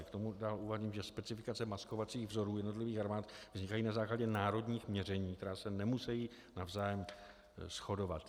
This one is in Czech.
K tomu dále uvádím, že specifikace maskovacích vzorů jednotlivých armád vznikají na základě národních měření, která se nemusejí navzájem shodovat.